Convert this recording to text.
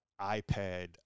iPad